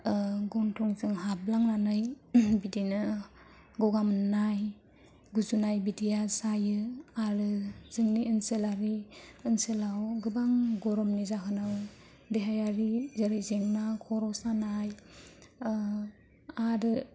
गन्थंजों हाबलांनानै बिदिनो गगा मोननाय गुजुनाय बिदिया जायो आरो जोंनि ओनसोलारि ओनसोलाव गोबां गरमनि जाहोनाव देहायारि जेंना खर' सानाय आरो